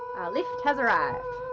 lift has arrived.